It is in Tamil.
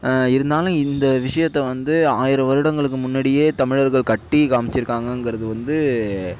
இருந்தாலும் இந்த விஷியத்தை வந்து ஆயிரம் வருடங்களுக்கு முன்னாடியே தமிழர்கள் கட்டி காமிச்சிருக்காங்கறது வந்து